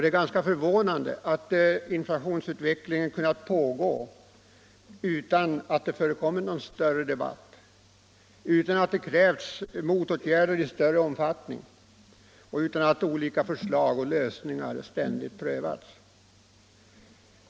Det är ganska förvånande att inflationsutvecklingen kunnat pågå utan att det förekommit någon större debatt, utan att det krävts motåtgärder i större omfattning och utan att olika förslag och lösningar ständigt prövats.